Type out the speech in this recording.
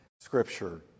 scripture